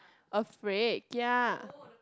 afraid kia